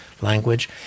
language